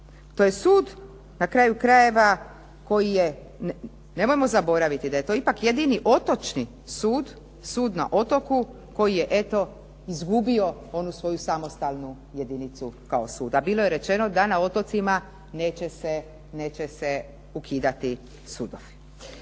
To je sud na kraju krajeva, koji je nemojmo zaboraviti da je to jedini otočni sud, sud na otoku koji je izgubio onu svoju samostalnu jedinicu kao sud. A bilo je rečeno da na otocima neće se ukidati sudovi.